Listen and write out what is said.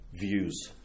Views